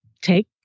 take